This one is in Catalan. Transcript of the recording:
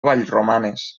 vallromanes